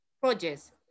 projects